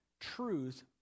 truth